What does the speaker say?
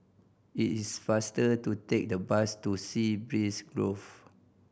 it is faster to take the bus to Sea Breeze Grove